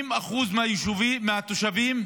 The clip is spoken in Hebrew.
70% מהתושבים,